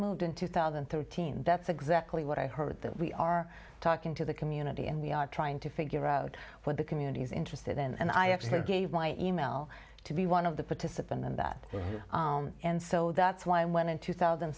moved in two thousand and thirteen deaths exactly what i heard that we are talking to the community and we are trying to figure out what the community is interested in and i actually gave my email to be one of the participant in that and so that's why i went in two thousand